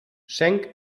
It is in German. schenk